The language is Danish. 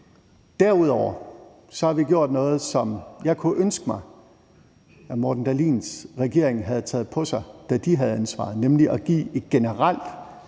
Derudover har vi gjort noget, som jeg kunne ønske mig at hr. Morten Dahlins regering havde taget på sig, da den havde ansvaret, nemlig at give et generelt